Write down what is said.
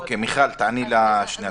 מיכל, תעני לשני הדברים.